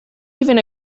even